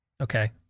Okay